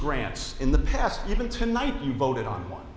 grants in the past even tonight you voted on